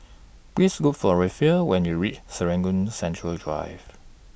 Please Look For Raphael when YOU REACH Serangoon Central Drive